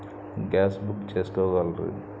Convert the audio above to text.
gas book చేసుకోగలరు